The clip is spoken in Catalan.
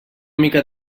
mica